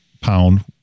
pound